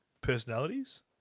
personalities